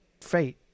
fate